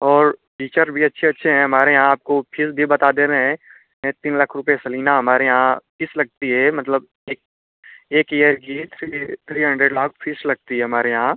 और टीचर भी अच्छे अच्छे हैं हमारे यहाँ आपको फीस भी बता दे रहे हैं तीन लाख रुपये सलीना हमारे यहाँ फीस लगती है मतलब एक एक इयर की three three hundred lakh fees लगती है हमारे यहाँ